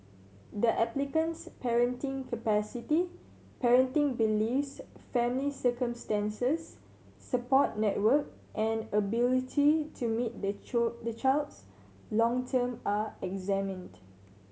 the applicant's parenting capacity parenting beliefs family circumstances support network and ability to meet the the child's long term are examined